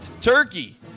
turkey